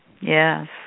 Yes